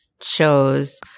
shows